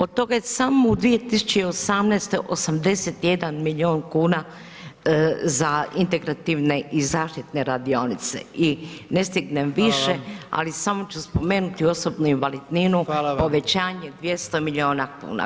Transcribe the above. Od toga je samo u 2018. 81 milijun kuna za integrativne i zaštitne radionice i ne stignem više [[Upadica: Hvala.]] ali samo ću spomenuti osobnu invalidninu [[Upadica: Hvala vam.]] povećanje 200 milijuna kuna.